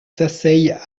s’asseyent